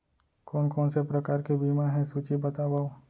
कोन कोन से प्रकार के बीमा हे सूची बतावव?